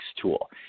tool